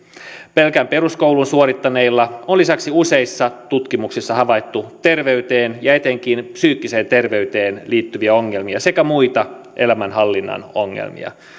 pelkän peruskoulun suorittaneilla on lisäksi useissa tutkimuksissa havaittu terveyteen ja etenkin psyykkiseen terveyteen liittyviä ongelmia sekä muita elämänhallinnan ongelmia